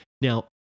Now